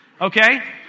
okay